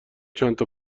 چندتا